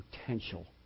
potential